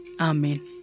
Amen